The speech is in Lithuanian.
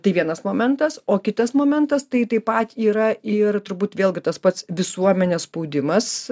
tai vienas momentas o kitas momentas tai taip pat yra ir turbūt vėlgi tas pats visuomenės spaudimas